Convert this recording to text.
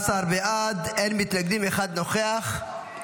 19 בעד, אין מתנגדים, אחד נוכח.